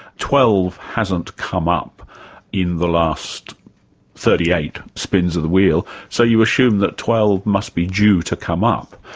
twelve hasn't come up in the last thirty eight spins of the wheel, so you assume that twelve must be due to come up,